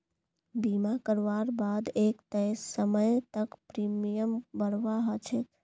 बीमा करवार बा द एक तय समय तक प्रीमियम भरवा ह छेक